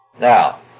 Now